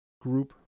group